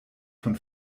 von